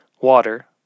water